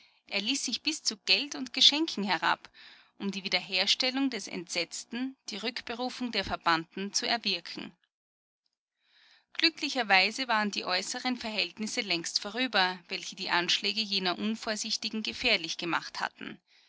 er ließ sich bis zu geld und geschenken herab um die wiederherstellung des entsetzten die rückberufung der verbannten zu erwirken glücklicherweise waren die äußeren verhältnisse längst vorüber welche die anschläge jener unvorsichtigen gefährlich gemacht hatten